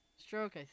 stroke